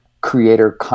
creator